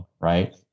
right